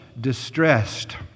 distressed